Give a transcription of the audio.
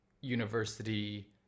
university